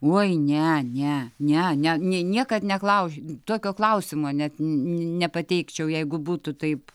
oi ne ne ne ne nei niekad neklauž tokio klausimo net nepateikčiau jeigu būtų taip